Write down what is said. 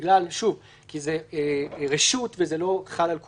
כי זה רשות וזה לא חל על כולם.